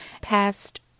past